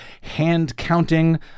hand-counting